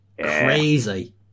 Crazy